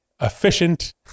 efficient